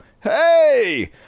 Hey